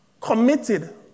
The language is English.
committed